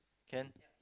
can